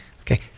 okay